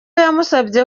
yamusabye